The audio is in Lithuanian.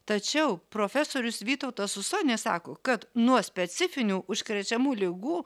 tačiau profesorius vytautas usonis sako kad nuo specifinių užkrečiamų ligų